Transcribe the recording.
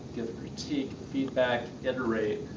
give critique, feedback, iterate,